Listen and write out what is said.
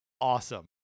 awesome